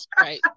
Right